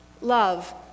love